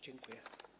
Dziękuję.